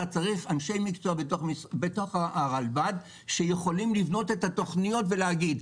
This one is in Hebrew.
אתה צריך אנשי מקצוע בתוך הרלב"ד שיכולים לבנות את התוכניות ולהגיד.